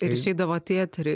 ir išeidavo į eterį